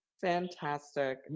Fantastic